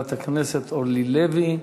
חברת הכנסת אורלי לוי,